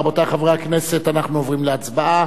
רבותי חברי הכנסת, אנחנו עוברים להצבעה.